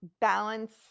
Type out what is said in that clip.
balance